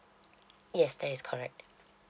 yes that is correct